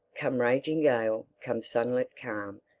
come raging gale, come sunlit calm,